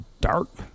dark